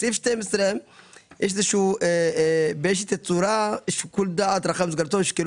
בסעיף 12 יש באיזו שהיא צורה שיקול דעת רחב שגם אותו ישקלו